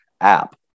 app